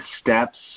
steps